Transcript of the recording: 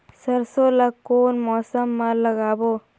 सरसो ला कोन मौसम मा लागबो?